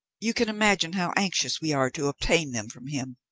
you can imagine how anxious we are to obtain them from him.